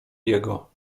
jego